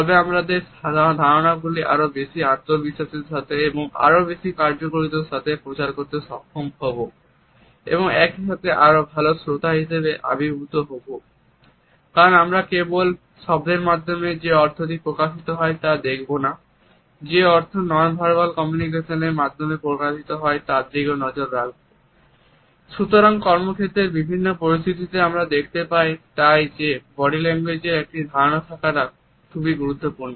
তবে আমরা আমাদের ধারণাগুলি আরও বেশি আত্মবিশ্বাসের সাথে এবং আরও বেশি কার্যকারিতার সাথে প্রচার করতে সক্ষম সুতরাং কর্মক্ষেত্রের বিভিন্ন পরিস্থিতিতে আমরা দেখতে তাই যে বডি ল্যাঙ্গুয়েজ এর একটি ধারণা থাকাটা খুবই গুরুত্বপূর্ণ